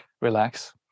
relax